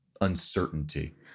uncertainty